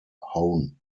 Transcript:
hone